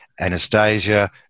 Anastasia